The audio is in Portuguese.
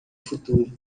futuro